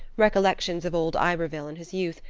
recollections of old iberville and his youth,